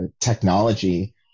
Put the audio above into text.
technology